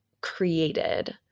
created